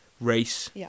race